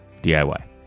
DIY